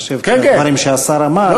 בהתחשב בדברים שהשר אמר,